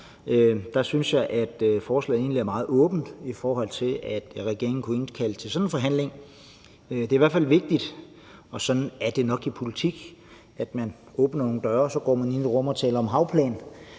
jeg egentlig, at forslaget er meget åbent i forhold til at få regeringen til at indkalde til sådan en forhandling. Det er i hvert fald vigtigt – og sådan er det nok i politik – at man åbner nogle døre, og at man så går ind i et rum og taler om havplan.